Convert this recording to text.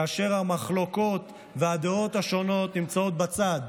כאשר המחלוקות והדעות השונות נמצאות בצד,